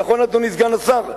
נכון, אדוני סגן השר?